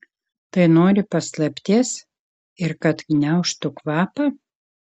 tai nori paslapties ir kad gniaužtų kvapą